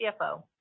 CFO